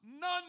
none